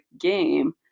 game